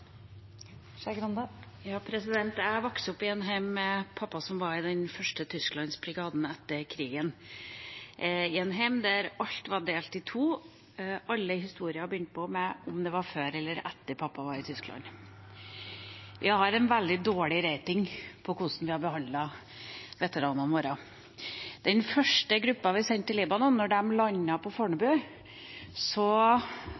Jeg vokste opp i et hjem med en pappa som var i den første Tysklandsbrigaden etter krigen, i et hjem der alt var delt i to – alle historier begynte med om det var før eller etter at pappa var i Tyskland. Vi har en veldig dårlig rating på hvordan vi har behandlet veteranene våre. Da den første gruppa vi sendte til Libanon, landet på Fornebu, tok Tollskolen eksamen på